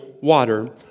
water